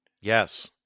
Yes